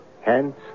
Hence